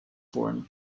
born